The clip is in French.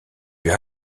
yeux